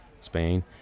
Spain